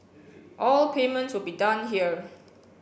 all payment will be done here